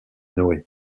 noé